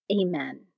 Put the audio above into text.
Amen